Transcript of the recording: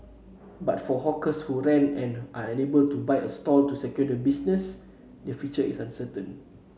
but for hawkers who rent and are unable to buy a stall to secure their business the future is uncertain